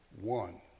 one